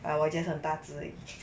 but 我觉得很大只而已